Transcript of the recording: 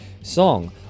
song